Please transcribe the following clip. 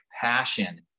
passion